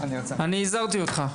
הזהרתי אותך.